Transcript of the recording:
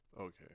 Okay